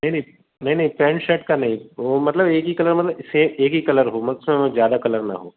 नहीं नहीं नहीं नहीं पैन्ट शर्ट का नहीं वो मतलब एक ही कलर मतलब सेम एक ही कलर हो मत उसमें ज़्यादा कलर न हो